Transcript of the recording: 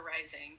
rising